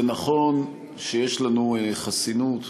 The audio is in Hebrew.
זה נכון שיש לנו חסינות,